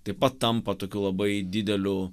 taip pat tampa tokiu labai dideliu